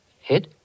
Hit